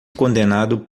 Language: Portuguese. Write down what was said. condenado